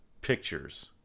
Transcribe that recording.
pictures